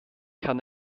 kann